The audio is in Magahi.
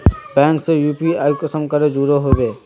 बैंक से यु.पी.आई कुंसम करे जुड़ो होबे बो?